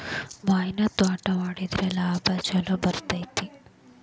ಮಾವಿನ ತ್ವಾಟಾ ಮಾಡಿದ್ರ ಲಾಭಾ ಛಲೋ ಬರ್ತೈತಿ